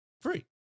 free